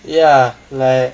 ya like